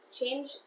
change